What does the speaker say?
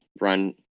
run